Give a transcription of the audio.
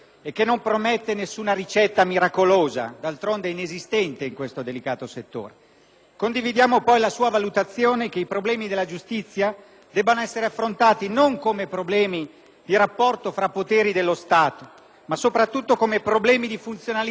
Condividiamo poi la sua valutazione che i problemi della giustizia debbano essere affrontati non solo come problemi di rapporto tra poteri dello Stato, ma soprattutto come problemi di funzionalità complessiva di un essenziale servizio che va reso ai nostri cittadini e alle nostre imprese.